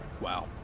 Wow